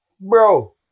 Bro